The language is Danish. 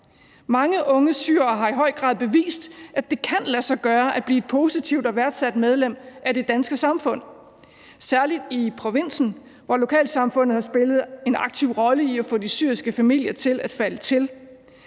Mange unge syrere har i høj grad bevist, at det kan lade sig gøre at blive et positivt og værdsat medlem af det danske samfund, særlig i provinsen, hvor lokalsamfundet har spillet en aktiv rolle i at få de syriske familier til at falde til.